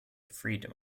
freedom